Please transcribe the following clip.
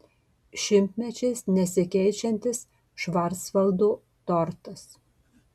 šimtmečiais nesikeičiantis švarcvaldo tortas